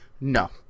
No